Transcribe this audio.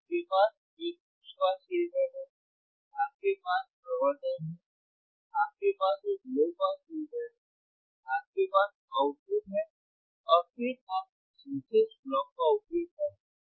आपके पास एक उच्च पास फिल्टर है आपके पास प्रवर्धन हैआपके पास एक लो पास फिल्टर है आपके पास आउटपुट है और फिर आप इस विशेष ब्लॉक का उपयोग कर सकते हैं